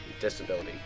Disability